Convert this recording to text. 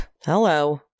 Hello